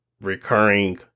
recurring